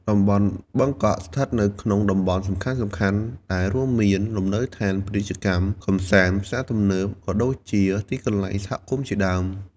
តំបន់បឹងកក់ ស្ថិតនៅក្នុងតំបន់សំខាន់ៗដែលរួមមាន លំនៅដ្ឋាន ពាណិជ្ជកម្ម កំសាន្ត ផ្សារទំនើប ក៏ដូចជាទីកន្លែងសហគមជាដើម។